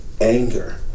anger